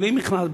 בלי מכרז,